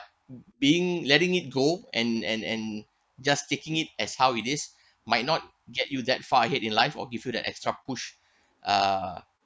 being letting it go and and and just taking it as how it is might not get you that far ahead in life or give you that extra push uh